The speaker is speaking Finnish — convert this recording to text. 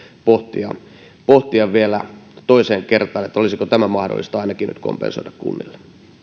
syytä pohtia vielä toiseen kertaan olisiko ainakin tämä mahdollista nyt kompensoida kunnille